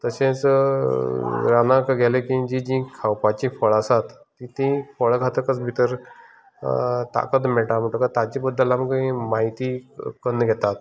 तशेंच रानांत गेलें जी जी खांवपाची फळां आसात तीं तीं फळां खातकच भितर ताकत मेळटा म्हणटकच ताचे बद्दल आमकां ही म्हायती कन् घेता